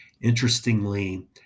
Interestingly